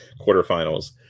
quarterfinals